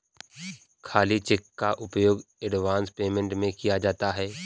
खाली चेक का उपयोग एडवांस पेमेंट में भी किया जाता है